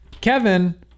Kevin